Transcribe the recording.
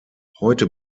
heute